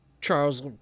Charles